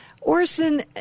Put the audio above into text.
Orson